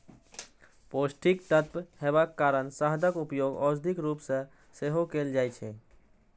पौष्टिक तत्व हेबाक कारण शहदक उपयोग औषधिक रूप मे सेहो कैल जाइ छै